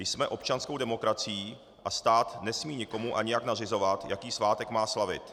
Jsme občanskou demokracií a stát nesmí nikomu a nijak nařizovat, jaký svátek má slavit.